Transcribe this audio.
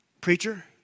preacher